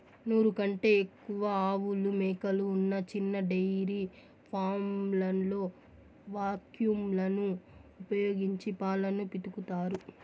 నూరు కంటే ఎక్కువ ఆవులు, మేకలు ఉన్న చిన్న డెయిరీ ఫామ్లలో వాక్యూమ్ లను ఉపయోగించి పాలను పితుకుతారు